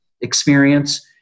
experience